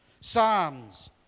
psalms